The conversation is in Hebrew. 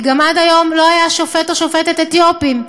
כי עד היום לא היה שופט או שופטת אתיופים,